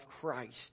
Christ